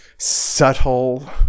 subtle